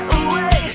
away